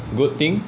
good thing